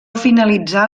finalitzà